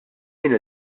jien